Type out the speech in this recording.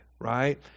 right